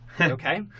Okay